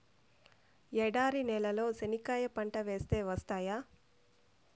ఎడారి నేలలో చెనక్కాయ పంట వేస్తే వస్తాయా?